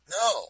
No